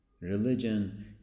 Religion